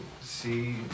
see